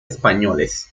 españoles